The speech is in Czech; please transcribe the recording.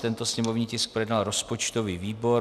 Tento sněmovní tisk projednal rozpočtový výbor.